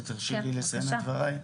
תרשי לי לסיים את דברי,